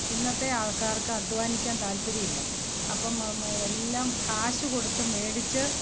ഇന്നത്തെ ആൾക്കാർക്ക് അധ്വാനിക്കാൻ താൽപ്പര്യമില്ല അപ്പം എല്ലാം കാശു കൊടുത്ത് മേടിച്ച്